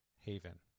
Haven